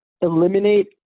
eliminate